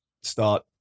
start